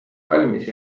valmis